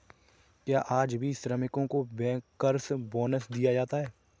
क्या आज भी श्रमिकों को बैंकर्स बोनस दिया जाता है?